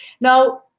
Now